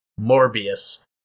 Morbius